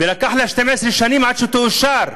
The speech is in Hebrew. ולקח לה 12 שנים עד שאושרה,